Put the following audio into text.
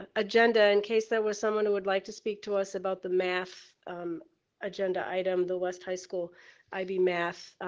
ah agenda in case there was someone who would like to speak to us about the math agenda item the west high school ib math.